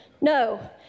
No